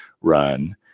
run